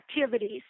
activities